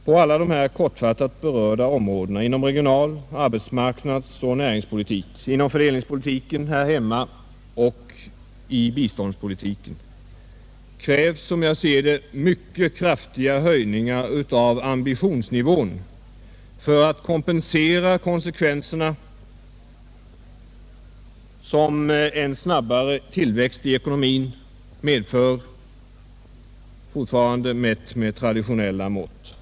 På alla dessa kortfattat berörda områden — inom regional-, arbetsmarknadsoch näringspolitiken samt inom fördelningspolitiken här hemma och i biståndspolitiken — krävs, som jag ser det, mycket kraftiga höjningar av ambitionsnivån för att kompensera konsekvenserna av en snabbare tillväxt i ekonomin — fortfarande mätt med traditionella mått.